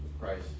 Christ